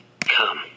Come